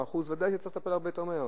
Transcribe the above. ודאי שצריך לטפל בהם הרבה יותר מהר.